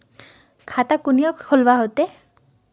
खाता कुनियाँ खोलवा होते?